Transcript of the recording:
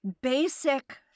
basic